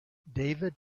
david